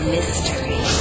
Mystery